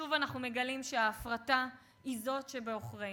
שוב אנחנו מגלים שההפרטה היא בעוכרינו.